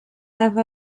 have